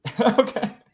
Okay